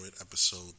episode